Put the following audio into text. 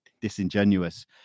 disingenuous